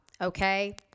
okay